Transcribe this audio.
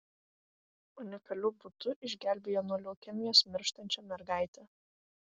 unikaliu būdu išgelbėjo nuo leukemijos mirštančią mergaitę